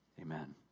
Amen